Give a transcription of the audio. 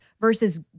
versus